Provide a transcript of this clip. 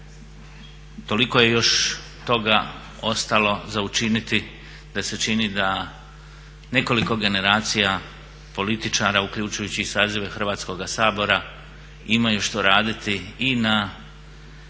toliko je još toga ostalo za učiniti da se čini da nekoliko generacija političara, uključujući i sazive Hrvatskoga sabora imaju što raditi i na